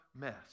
mess